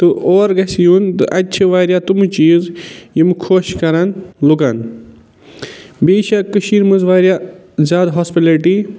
تہٕ اور گژھِ یُن تہٕ اَتہِ چھِ واریاہ تٔمہٕ چیٖز یِم خۄش کَران لُکَن بیٚیہِ چھےٚ کٔشیٖرِ منٛز واریاہ زیادٕ ہاسپِٹَلٕٹی